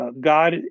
God